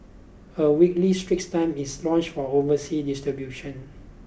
a weekly Straits Times is launched for overseas distribution